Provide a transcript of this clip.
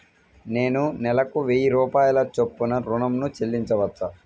నేను నెలకు వెయ్యి రూపాయల చొప్పున ఋణం ను చెల్లించవచ్చా?